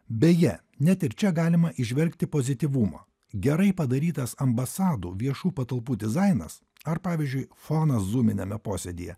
beje net ir čia galima įžvelgti pozityvumą gerai padarytas ambasadų viešų patalpų dizainas ar pavyzdžiui fonas zuminiame posėdyje